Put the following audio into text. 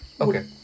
Okay